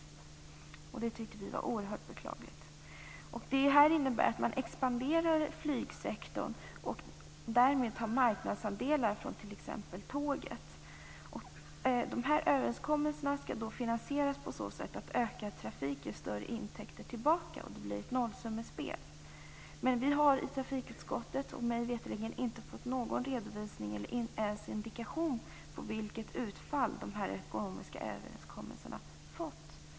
Det tycker vi var oerhört beklagligt. Det här innebär att flygsektorn expanderar och därmed tar marknadsandelar från tåget. Överenskommelserna skall finansieras så att ökad trafik ger större intäkter tillbaka. Det blir ett nollsummespel. Vi har i trafikutskottet, mig veterligen, inte fått någon redovisning eller ens en indikation på vilket utfall de ekonomiska överenskommelserna fått.